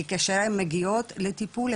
כי כאשר הן מגיעות לטיפול,